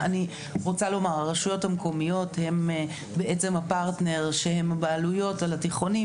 הרשויות המקומיות הן הפרטנר והבעלויות על התיכוניים